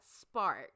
spark